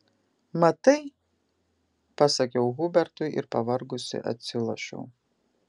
matai pasakiau hubertui ir pavargusi atsilošiau